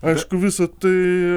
aišku visa tai